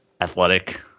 athletic